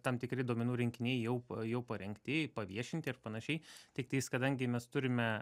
tam tikri duomenų rinkiniai jau jau parengti paviešinti ir panašiai tiktais kadangi mes turime